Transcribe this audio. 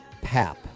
pap